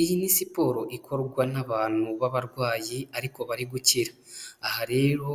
Iyi ni siporo ikorwa n'abantu b'abarwayi ariko bari gukira, aha rero